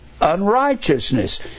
unrighteousness